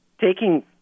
Taking